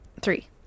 Three